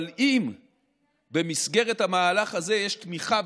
אבל אם במסגרת המהלך הזה יש תמיכה,